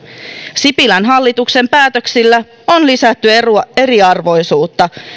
sipilän hallituksen päätöksillä on lisätty eriarvoisuutta